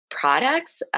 products